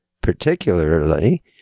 particularly